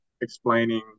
explaining